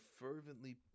fervently